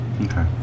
okay